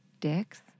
Dicks